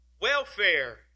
welfare